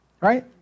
right